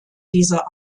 dieser